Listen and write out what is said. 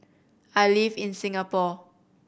I live in Singapore